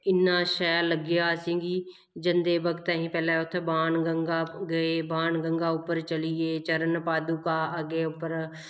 इन्ना शैल लग्गेआ असेंगी जंदे वक्त असीं पैह्लें बाण गंगा गे बाण गंगा उप्पर चली गे चरण पादुका अग्गें उप्पर